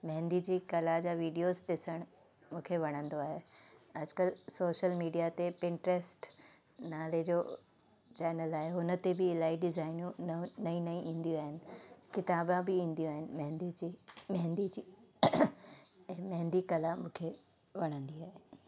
मेहंदी जी कला जा वीडियोज़ ॾिसण मूंखे वणंदो आहे अॼुकल्ह सोशल मीडिया ते पिंट्र्स्ट नाले जो चैनल आहे हुन ते बि इलाही डिज़ाइनूं नव नई नई ईंदियूं आहिनि किताबां बी ईंदियूं आइन मेहंदी जी मेहंदी जी मेहंदी कला मुखे वणंदी आहे